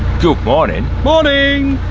good morning. morning.